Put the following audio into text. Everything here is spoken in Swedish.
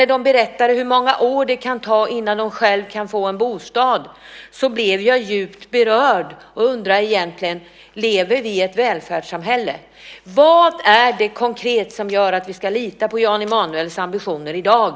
När de berättade hur många år det kan ta innan de kan få en bostad blev jag djupt berörd och undrade: Lever vi egentligen i ett välfärdssamhälle? Vad är det som konkret gör att vi ska lita på Jan Emanuels ambitioner i dag?